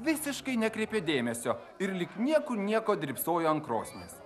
visiškai nekreipė dėmesio ir lyg niekur nieko drybsojo ant krosnies